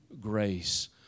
grace